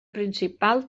principal